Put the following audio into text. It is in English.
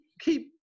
keep